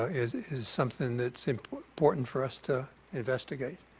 is is something that's important important for us to investigate.